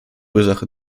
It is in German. ursache